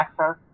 access